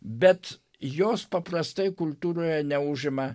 bet jos paprastai kultūroje neužima